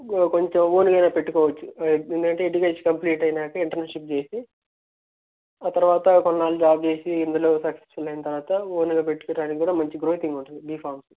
కొంచెం ఓన్గా అయినా పెట్టుకోవచ్చు ఏంటంటే డిపిఎచ్ కంప్లీట్ అయ్యాక ఇంటర్న్షిప్ చేసి ఆ తరువాత కొన్నాళ్ళు జాబ్ చేసి ఇందులో సక్సస్ఫుల్ అయిన తర్వాత ఓన్గా పెట్టుకోవడానికి కూడా మంచి గ్రోత్ ఉంటుంది బిఫార్మ